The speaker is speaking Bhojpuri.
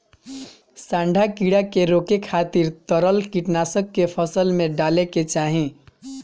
सांढा कीड़ा के रोके खातिर तरल कीटनाशक के फसल में डाले के चाही